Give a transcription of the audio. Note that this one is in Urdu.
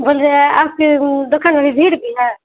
بول رہے ہیں آپ کی دکان میں ابھی بھیڑ بھی ہے